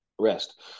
Rest